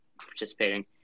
participating